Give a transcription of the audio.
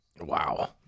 Wow